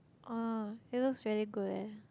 oh it looks really good leh